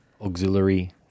auxiliary